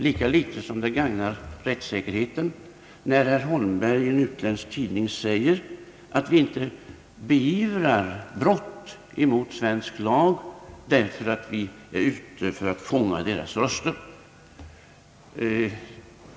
Lika litet gagnar det rättssäkerheten när herr Holmberg i en utländsk tidning säger, att vi inte beivrar brott mot svensk lag därför att vi är ute för att fånga röster.